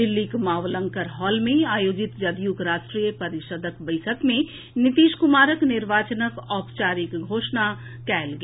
दिल्लीक मावलंकर हॉल में आयोजित जदयूक राष्ट्रीय परिषदक बैसक मे नीतीश कुमारक निर्वाचनक औपचारिक घोषणा कयल गेल